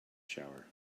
shower